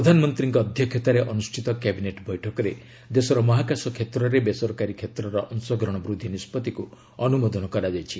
ପ୍ରଧାନମନ୍ତ୍ରୀଙ୍କ ଅଧ୍ୟକ୍ଷତାରେ ଅନୁଷ୍ଠିତ କ୍ୟାବିନେଟ ବୈଠକରେ ଦେଶର ମହାକାଶ କ୍ଷେତ୍ରରେ ବେସରକାରୀ କ୍ଷେତ୍ର ଅଂଶଗ୍ରହଣ ବୃଦ୍ଧି ନିଷ୍ପଭିକ୍ ଅନ୍ତମୋଦନ କରାଯାଇଛି